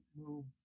move